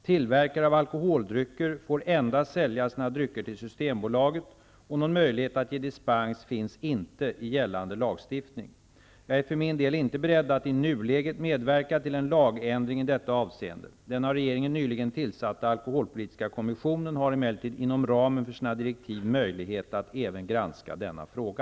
Tillverkare av alkoholdrycker får endast sälja sina drycker till Systembolaget, och någon möjlighet att ge dispens finns inte i gällande lagstiftning. Jag är för min del inte beredd att i nuläget medverka till en lagändring i detta avseende. Den av regeringen nyligen tillsatta alkoholpolitiska kommissionen har emellertid inom ramen för sina direktiv möjlighet att även granska denna fråga.